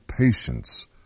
patience